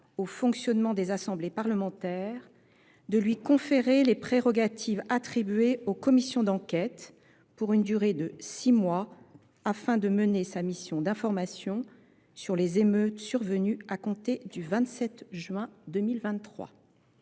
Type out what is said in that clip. au fonctionnement des assemblées parlementaires de lui conférer les prérogatives attribuées aux commission d'enquête pour une durée de six mois afin de mener sa mission d'information sur les émeutes survenues à compter du vingt